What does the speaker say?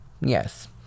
Yes